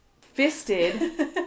fisted